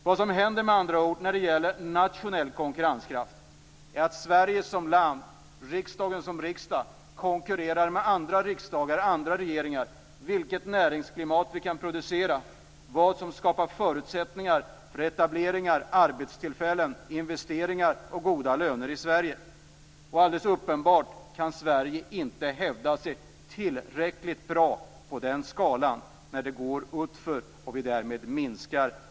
Vad som händer när det gäller nationell konkurrenskraft är med andra ord att Sverige, riksdagen och regeringen konkurrerar med andra länder, riksdagar och regeringar vad beträffar näringsklimat och förutsättningar för etableringar, arbetstillfällen, investeringar och goda löner. Alldeles uppenbart kan Sverige inte hävda sig tillräckligt bra på den skalan när det går utför.